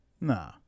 Nah